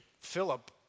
Philip